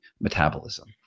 metabolism